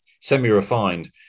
semi-refined